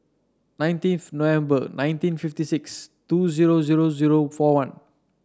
nineteenth November nineteen fifty six two zero zero zero four one